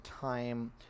time